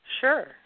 Sure